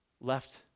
left